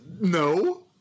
No